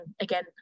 again